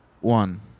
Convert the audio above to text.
one